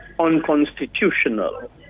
unconstitutional